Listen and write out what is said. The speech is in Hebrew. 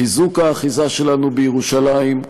חיזוק האחיזה שלנו בירושלים.